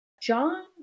john